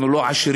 אנחנו לא עשירים.